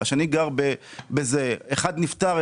השני גר במקום אחר,